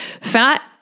Fat